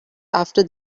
after